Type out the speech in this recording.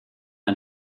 ein